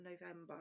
november